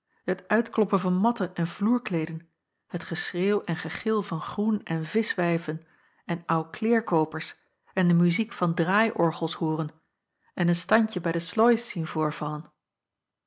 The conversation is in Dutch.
het uitkloppen van matten en vloerkleeden het geschreeuw en gegil van groen en vischwijven en ouw kleêr koopers en de muziek van draaiorgels hooren en een standje bij de slois zien voorvallen